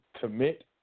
commit